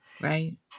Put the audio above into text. Right